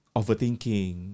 overthinking